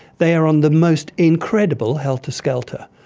they are on the most incredible helter-skelter,